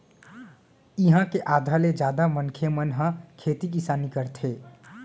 इहाँ के आधा ले जादा मनखे मन ह खेती किसानी करथे